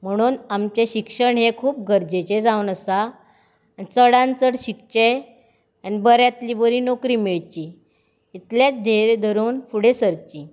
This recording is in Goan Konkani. म्हणून आमचें शिक्षण हें खूब गरजेचें जावन आसा चडांत चड शिकचें आनी बऱ्यांतली बरी नोकरी मेळची इतलेंत धेर्य धरून फुडें सरचीं